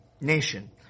nation